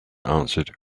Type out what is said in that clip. answered